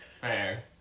fair